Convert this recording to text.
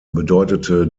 bedeutete